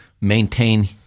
maintain